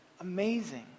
Amazing